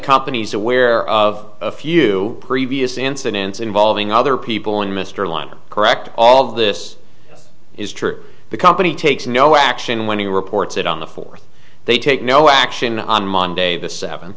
company's aware of a few previous incidents involving other people and mr lyman correct all of this is true the company takes no action when he reports it on the fourth they take no action on monday the seven